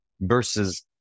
versus